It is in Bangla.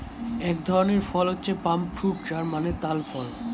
এক ধরনের ফল হচ্ছে পাম ফ্রুট যার মানে তাল ফল